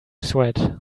sweat